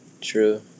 True